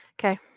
Okay